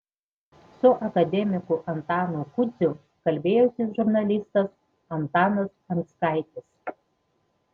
su akademiku antanu kudziu kalbėjosi žurnalistas antanas anskaitis